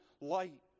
light